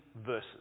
verses